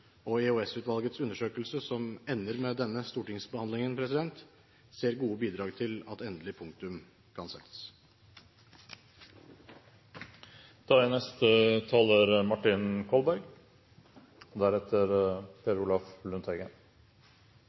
og EOS-utvalgets undersøkelse, som ender med denne stortingsbehandlingen, ser gode bidrag til at endelig punktum kan settes. Jeg vil først si at jeg synes det er